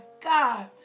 God